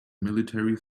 military